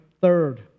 third